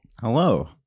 Hello